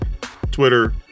Twitter